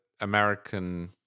American